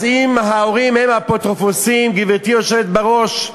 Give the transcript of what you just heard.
אז אם ההורים הם האפוטרופוסים, גברתי היושבת בראש,